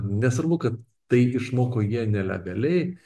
nesvarbu kad tai išmoko jie nelegaliai